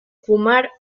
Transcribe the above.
fumar